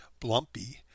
blumpy